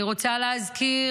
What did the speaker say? אני רוצה להזכיר